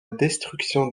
destruction